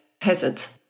hazards